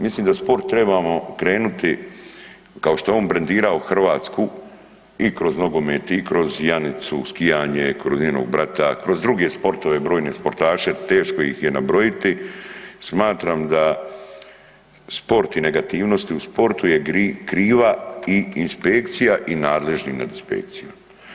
Mislim da sport trebamo krenuti kao što je on brendirao Hrvatsku i kroz nogomet i kroz Janicu skijanje kroz njenog brata, kroz druge sportove, brojne sportaše, teško ih je nabrojiti, smatram da sport i negativnosti u sportu je kriva i inspekcija i nadležni nad inspekcijom.